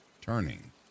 turning